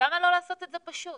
למה לא לעשות את זה פשוט?